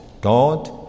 God